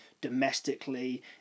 domestically